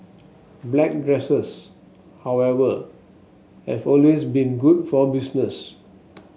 black dresses however have always been good for business